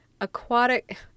aquatic